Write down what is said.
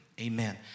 Amen